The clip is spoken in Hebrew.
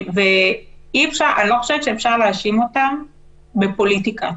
איני חושבת שאפשר להאשים אותם בפוליטיקה.